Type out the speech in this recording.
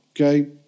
okay